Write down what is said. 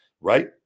right